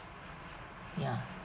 ya